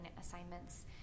assignments